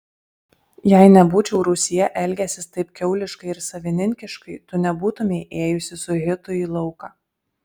jei nebūčiau rūsyje elgęsis taip kiauliškai ir savininkiškai tu nebūtumei ėjusi su hitu į lauką